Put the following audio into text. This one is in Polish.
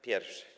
Pierwsze.